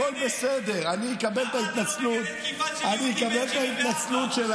הכול בסדר, אני אקבל את ההתנצלות.